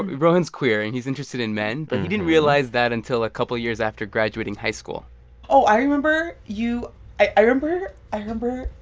rohin's queer. and he's interested in men. but he didn't realize that until a couple years after graduating high school oh. i remember you i remember i remember